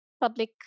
public